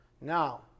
Now